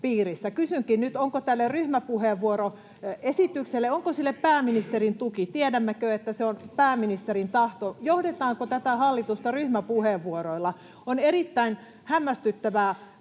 Kysynkin nyt: Onko tälle ryhmäpuheenvuoroesitykselle pääministerin tuki? Tiedämmekö, että se on pääministerin tahto? Johdetaanko tätä hallitusta ryhmäpuheenvuoroilla? Tämä on erittäin hämmästyttävää.